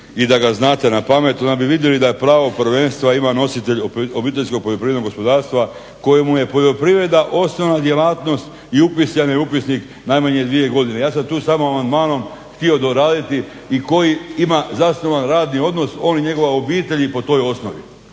i da ga znate napamet onda bi vidjeli da pravo prvenstva ima nositelj OPG-a kojemu je poljoprivreda osnovna djelatnost i upisan je u upisnik najmanje 2 godine. Ja sam tu samo amandmanom htio doraditi i koji ima zasnovan radni odnos, on i njegova obitelj i po toj osnovi.